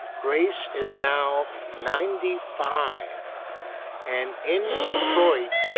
grace is now ninety five and, in detroit,